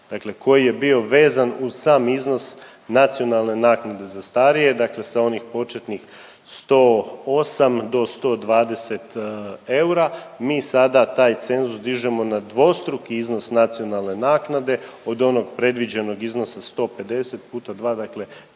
dakle koji je bio vezan uz sam iznos nacionalne naknade za starije. Dakle, sa onih početnih 108 do 120 eura mi sada taj cenzus dižemo na dvostruki iznos nacionalne naknade od onog predviđenog iznosa 150 puta 2, dakle